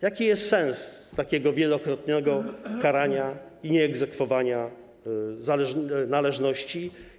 Jaki jest sens takiego wielokrotnego karania i nieegzekwowania należności?